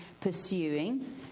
pursuing